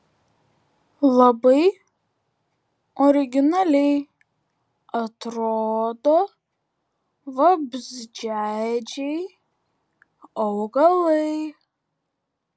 labai originaliai atrodo vabzdžiaėdžiai augalai